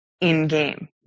in-game